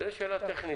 זו שאלה טכנית.